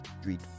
Street